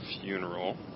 funeral